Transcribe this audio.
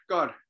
God